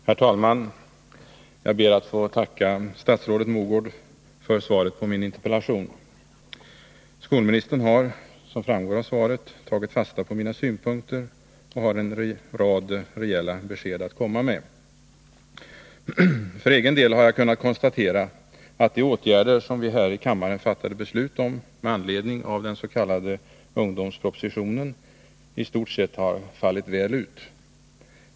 Herr talman! Jag ber att få tacka statsrådet Mogård för svaret på min interpellation. Skolministern har, som framgår av svaret, tagit fasta på mina synpunkter och har en rad rejäla besked att komma med. För egen del har jag kunnat konstatera att de åtgärder som vi här i kammaren fattade beslut om med anledning av den s.k. ungdomspropositioneni stort sett har fallit väl ut.